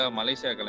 Malaysia